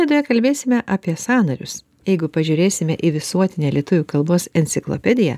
laidoje kalbėsime apie sąnarius jeigu pažiūrėsime į visuotinę lietuvių kalbos enciklopediją